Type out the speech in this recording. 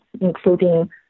including